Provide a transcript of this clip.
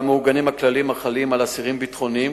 שבה מעוגנים הכללים החלים על אסירים ביטחוניים,